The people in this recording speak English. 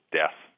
death